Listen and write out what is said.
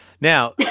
Now